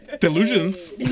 Delusions